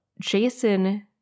Jason